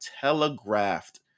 telegraphed